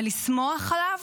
אבל לשמוח עליו?